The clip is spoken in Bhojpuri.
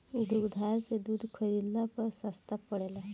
दुग्धालय से दूध खरीदला पर सस्ता पड़ेला?